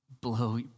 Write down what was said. Blow